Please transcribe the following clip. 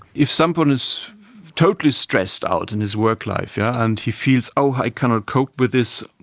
if someone is totally stressed out in his work life yeah and he feels, oh, i cannot cope with this,